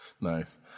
Nice